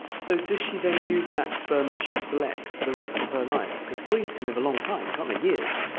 so does she then use that sperm that she selects for the rest of her life? because queens can live a long time, can't they, years.